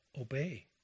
Obey